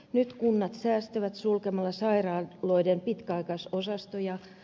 nyt kunnat säästävät sulkemalla sairaaloiden pitkäaikaisosastoja